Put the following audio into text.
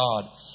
God